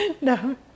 No